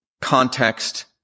context